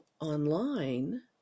online